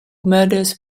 murders